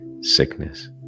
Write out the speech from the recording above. sickness